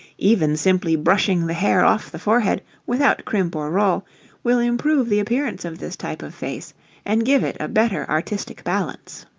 even simply brushing the hair off the forehead without crimp or roll will improve the appearance of this type of face and give it a better artistic balance.